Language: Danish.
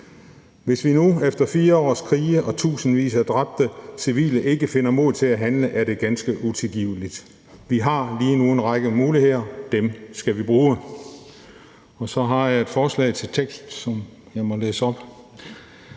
Hvis vi nu efter 4 års krige og tusindvis af dræbte civile ikke finder mod til at handle, er det ganske utilgiveligt. Vi har lige nu en række muligheder – dem skal vi bruge. Så har jeg et forslag til vedtagelse, som jeg vil læse op.